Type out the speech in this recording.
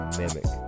mimic